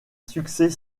succès